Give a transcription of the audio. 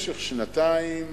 במשך שנתיים